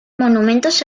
monumentos